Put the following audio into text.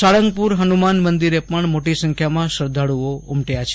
સાળંગપુર હનુમાન મંદિરે પણ મોટી સંખ્યામાં શ્રદ્ધાળુઓ ઉમટ્યા છે